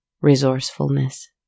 resourcefulness